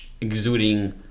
exuding